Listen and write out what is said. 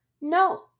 No